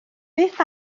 beth